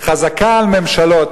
חזקה על ממשלות,